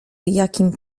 jakim